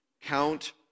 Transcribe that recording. count